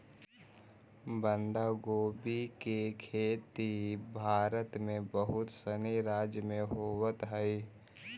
बंधगोभी के खेती भारत के बहुत सनी राज्य में होवऽ हइ